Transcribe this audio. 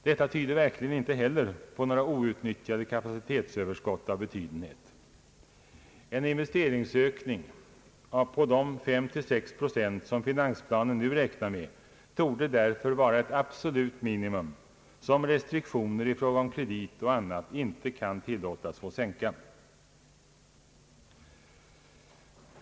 Detta tyder verkligen inte heller på några outnyttjade kapacitetsöverskott av betydenhet. En investeringsökning på de 5—6 procent som finansplanen nu räknar med torde därför vara ett absolut minimum, som restriktioner i fråga om kredit och annat inte kan tilllåtas få sänka.